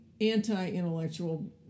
anti-intellectual